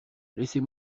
laissez